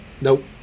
Nope